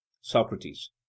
Socrates